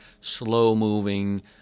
slow-moving